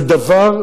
זה דבר,